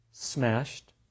smashed